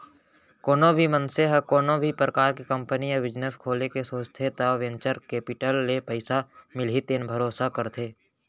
कोनो भी मनसे ह कोनो भी परकार के कंपनी या बिजनेस खोले के सोचथे त वेंचर केपिटल ले पइसा मिलही तेन भरोसा करथे